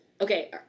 Okay